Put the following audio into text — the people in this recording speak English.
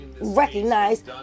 recognize